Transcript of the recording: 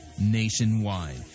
nationwide